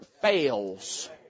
fails